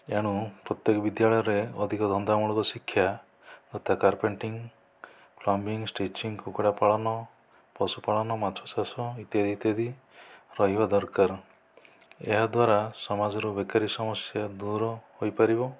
ଏଣୁ ପ୍ରତ୍ୟେକ ବିଦ୍ୟାଳୟରେ ଅଧିକ ଧନ୍ଦାମୂଳକ ଶିକ୍ଷା ଯଥା କାର୍ପେଣ୍ଟ୍ରି ପ୍ଲବିଙ୍ଗ୍ ଷ୍ଟିଚିଂ କୁକୁଡ଼ା ପାଳନ ପଶୁ ପାଳନ ମାଛ ଚାଷ ଇତ୍ୟାଦି ଇତ୍ୟାଦି ରହିବା ଦରକାର ଏହା ଦ୍ଵାରା ସମାଜରୁ ବେକାରୀ ସମସ୍ୟା ଦୂର ହୋଇପାରିବ